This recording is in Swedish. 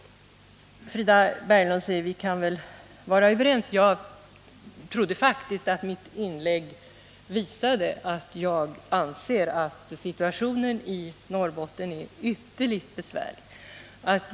Frida Berglund säger: Vi kan väl vara överens om att det finns svårigheter. Men jag trodde faktiskt att mitt debattinlägg visade att jag anser att situationen i Norrbotten är ytterligt besvärlig.